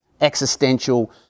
existential